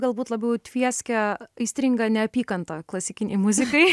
galbūt labiau tvieskia aistringa neapykanta klasikinei muzikai